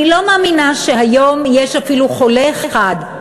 אני לא מאמינה שהיום יש אפילו חולה אחד,